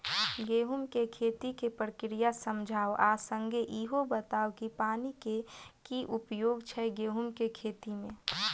गेंहूँ केँ खेती केँ प्रक्रिया समझाउ आ संगे ईहो बताउ की पानि केँ की उपयोग छै गेंहूँ केँ खेती में?